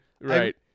Right